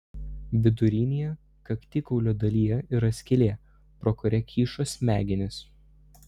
vidurinėje kaktikaulio dalyje yra skylė pro kurią kyšo smegenys